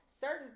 certain